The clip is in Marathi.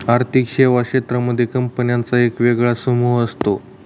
आर्थिक सेवा क्षेत्रांमध्ये कंपन्यांचा एक वेगळा समूह असतो